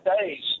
days